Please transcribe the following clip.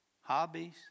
hobbies